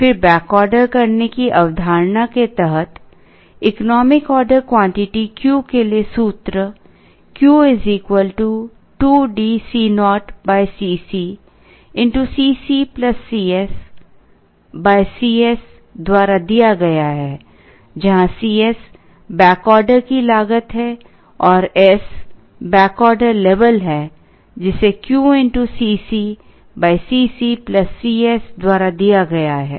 फिर बैकऑर्डर करने की अवधारणा के तहत इकोनॉमिक ऑर्डर क्वांटिटी Q के लिए सूत्र Q 2 DCo Cc Cc Cs Cs द्वारा दिया गया है जहां Cs बैक ऑर्डर की लागत है और s बैक ऑर्डर लेवल है जिसे Q Cc Cc Cs द्वारा दिया गया है